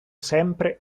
sempre